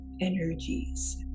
energies